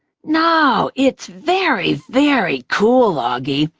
no, it's very, very cool, auggie.